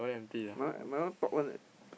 my my one top one eh